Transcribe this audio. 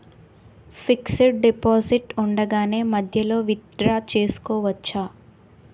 Fixed deposit ఉండగానే మధ్యలో withdraw చేసుకోవచ్చా?